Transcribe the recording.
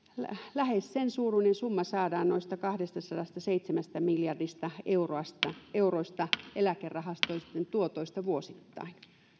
lähes sen suuruinen summa saadaan noista kahdestasadastaseitsemästä miljardista eurosta eurosta eläkerahastojen tuotoista vuosittain